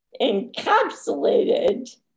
encapsulated